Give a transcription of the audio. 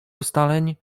ustaleń